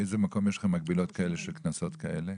באיזה מקום יש לכם מקבילות כאלה של קנסות כאלה?